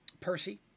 Percy